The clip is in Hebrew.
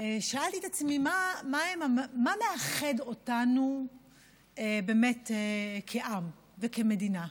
מה מאחד אותנו באמת כעם וכמדינה?